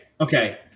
okay